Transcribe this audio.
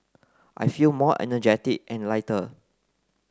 I feel more energetic and lighter